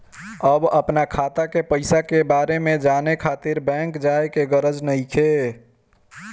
अब अपना खाता के पईसा के बारे में जाने खातिर बैंक जाए के गरज नइखे